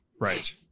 Right